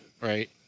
right